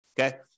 Okay